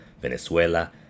Venezuela